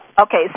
Okay